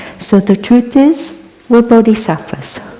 so, the truth is we're bodhisattvas.